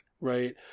right